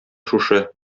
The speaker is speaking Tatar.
шушы